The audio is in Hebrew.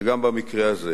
וגם במקרה הזה